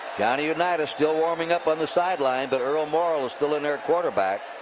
johnny unitas still warming up on the sideline. but earl morrall is still in there at quarterback.